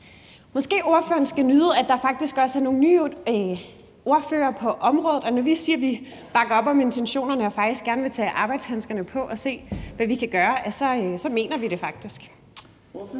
måske ordføreren skal nyde, at der faktisk også er nogle nye ordførere på området, og at vi, når vi siger, at vi bakker op om intentionerne og faktisk gerne vil tage arbejdshandskerne på og se, hvad vi kan gøre, så faktisk